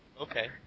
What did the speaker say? Okay